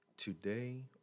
Today